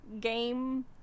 game